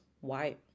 white